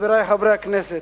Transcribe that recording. חברי חברי הכנסת,